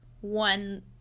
one